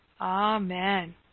Amen